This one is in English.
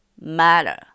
matter